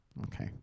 Okay